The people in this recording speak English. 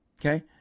Okay